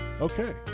Okay